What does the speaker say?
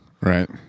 Right